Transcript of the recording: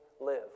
live